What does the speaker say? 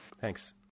Thanks